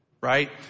right